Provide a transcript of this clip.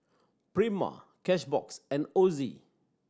Prima Cashbox and Ozi